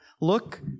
look